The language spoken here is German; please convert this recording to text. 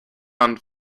man